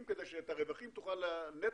כדי שאת הנתח מהרווחים תוכל להשקיע.